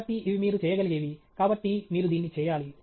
కాబట్టి ఇవి మీరు చేయగలిగేవి కాబట్టి మీరు దీన్ని చేయాలి